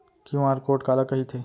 QR code काला कहिथे?